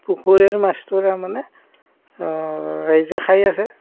পুখুৰীৰ মাছটো তাৰমানে ৰাইজে খাই আছে